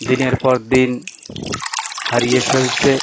দিনের পর দিন হারিয়ে ফেলছে